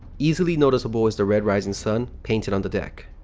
easily noticeable is the red rising sun painted on the deck.